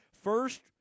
First